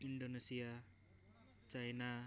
Indonesia China